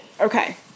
Okay